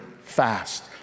fast